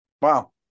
Wow